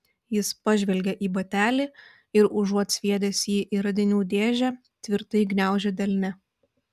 jis pažvelgė į batelį ir užuot sviedęs jį į radinių dėžę tvirtai gniaužė delne